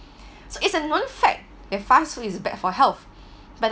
so it's a known fact that fast food is bad for health but the